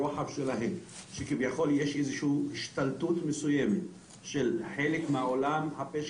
שכביכול יש השתלטות של חלק מעולם הפשע